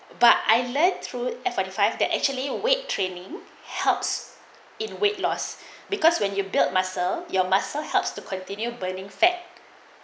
but I led through F forty five that actually weight training helps in weight loss because when you build muscle your muscle helps to continue burning fat